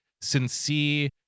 sincere